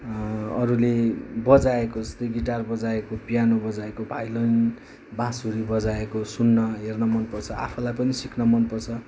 अरूले बजाएको जस्तै गिटार बजाएको पियानो बजाएको भायोलिन बाँसुरी बजाएको सुन्न हेर्न मनपर्छ आफूलाई पनि सिक्न मनपर्छ